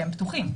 שהם פתוחים,